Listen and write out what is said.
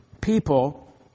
people